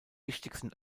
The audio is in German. wichtigsten